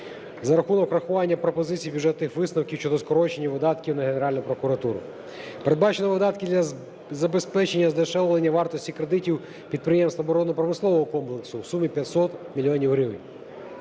за рахунок врахування пропозицій Бюджетних висновків щодо скорочення видатків на Генеральну прокуратуру. Передбачено видатки для забезпечення здешевлення вартості кредитів підприємств оборонно-промислового комплексу в сумі 500 мільйонів